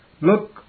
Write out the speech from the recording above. Look